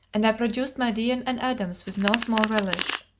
and i produced my deane and adams with no small relish.